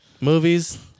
Movies